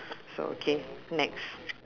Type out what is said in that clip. so okay next